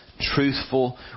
truthful